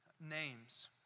names